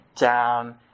down